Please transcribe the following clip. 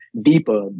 deeper